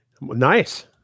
Nice